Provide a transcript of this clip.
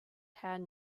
had